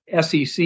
SEC